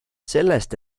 sellest